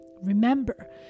Remember